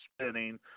spinning